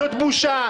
זאת בושה.